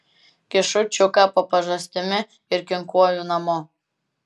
kišu čiuką po pažastimi ir kinkuoju namo